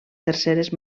terceres